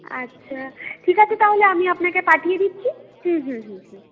আচ্ছা ঠিক আছে তাহলে আমি আপনাকে পাঠিয়ে দিচ্ছি